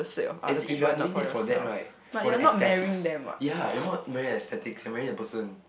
as if you're doing it for that right for the ecstatics ya you're not marrying the ecstatics you're marrying the person